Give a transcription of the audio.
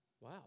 wow